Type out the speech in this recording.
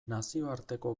nazioarteko